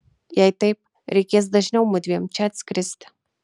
jei taip reikės dažniau mudviem čia atskristi